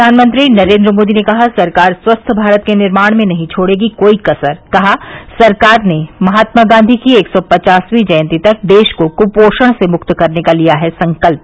प्रधानमंत्री नरेन्द्र मोदी ने कहा सरकार स्वस्थ भारत के निर्माण में नहीं छोड़ेगी कोई कसर कहा सरकार ने महात्मा गांधी की एक सौ पचासवीं जयन्ती तक देश को कुपोषण से मुक्त करने का लिया है संकल्प